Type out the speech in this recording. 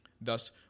Thus